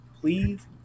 please